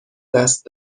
دست